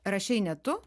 rašei ne tu